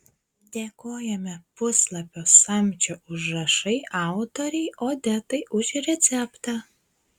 dėkojame puslapio samčio užrašai autorei odetai už receptą